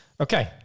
Okay